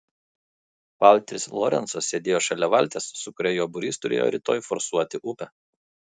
valteris lorencas sėdėjo šalia valties su kuria jo būrys turėjo rytoj forsuoti upę